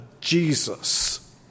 Jesus